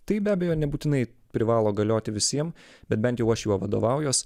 tai be abejo nebūtinai privalo galioti visiem bet bent jau aš juo vadovaujuos